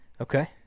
Okay